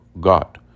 God